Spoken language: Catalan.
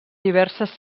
diverses